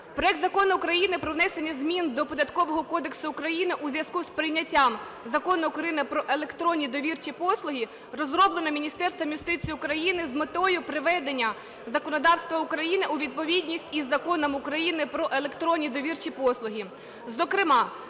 Проект Закону України про внесення змін до Податкового кодексу України у зв'язку з прийняттям Закону України "Про електронні довірчі послуги" розроблено Міністерством юстиції України з метою приведення законодавства України у відповідність із Законом України "Про електронні довірчі послуги",